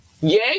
yay